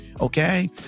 okay